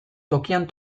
tokian